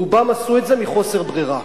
רובם עשו את זה מחוסר ברירה.